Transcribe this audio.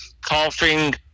coughing